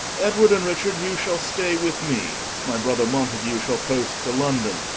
edward and richard, you shall stay with me, my brother mountague shall poste to london.